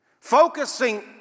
Focusing